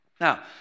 Now